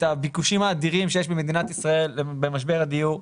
הביקושים האדירים שיש במדינת ישראל במשבר הדיור.